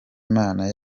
imana